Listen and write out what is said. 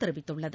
தெரிவித்துள்ளது